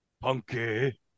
Punky